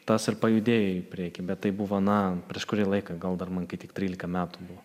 tas ir pajudėjo į priekį bet tai buvo na prieš kurį laiką gal dar man kai tik trylika metų buvo